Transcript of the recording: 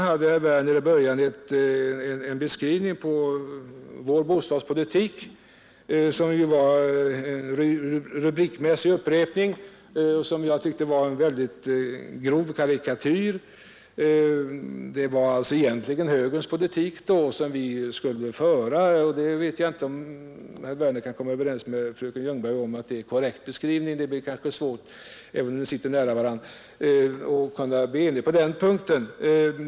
Herr Werner hade en beskrivning på vår bostadspolitik, som var en rubrikmässig upprepning och enligt min mening en väldigt grov karikatyr. Det var egentligen högerns politik som vi skulle föra, och jag vet inte om herr Werner kan komma överens med fröken Ljungberg om att det är en korrekt beskrivning. Det blir kanske svårt för er att bli eniga på den punkten även om ni sitter nära varandra.